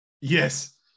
yes